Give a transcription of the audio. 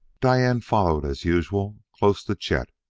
diane followed as usual, close to chet.